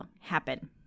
happen